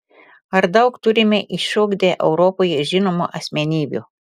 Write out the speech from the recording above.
ar daug turime išsiugdę europoje žinomų asmenybių